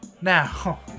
now